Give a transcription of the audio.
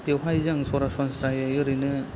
बेवहायजों सरासनस्रायै